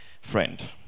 friend